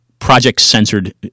project-censored